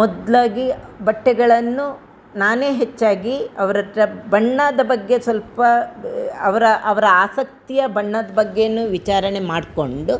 ಮೊದಲಾಗಿ ಬಟ್ಟೆಗಳನ್ನು ನಾನೇ ಹೆಚ್ಚಾಗಿ ಅವ್ರ ಹತ್ರ ಬಣ್ಣಾದ ಬಗ್ಗೆ ಸ್ವಲ್ಪ ಅವರ ಅವರ ಆಸಕ್ತಿಯ ಬಣ್ಣದ್ ಬಗ್ಗೇನು ವಿಚಾರಣೆ ಮಾಡ್ಕೊಂಡು